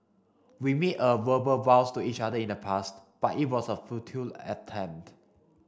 we made a verbal vows to each other in the past but it was a futile attempt